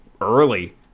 early